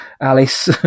Alice